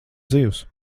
dzīvs